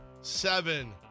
seven